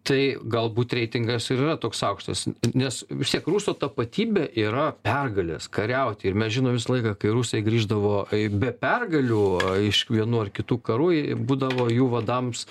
tai galbūt reitingas ir yra toks aukštas nes vis tiek rusų tapatybė yra pergalės kariauti ir mes žinom visą laiką kai rusai grįždavo be pergalių iš vienų ar kitų karų jie būdavo jų vadams